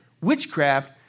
witchcraft